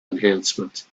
enhancement